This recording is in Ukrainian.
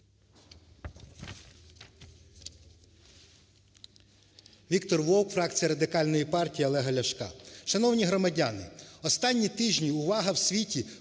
Віктор Вовк, фракція Радикальна партія Олега Ляшка. Шановні громадяни, останні тижні увага в світі